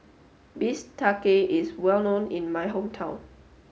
is well known in my hometown